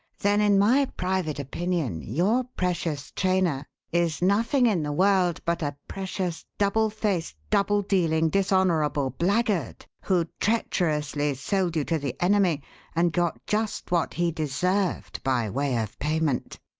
then in my private opinion your precious trainer is nothing in the world but a precious double-faced, double-dealing, dishonourable blackguard, who treacherously sold you to the enemy and got just what he deserved by way of payment.